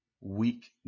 weak